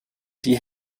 die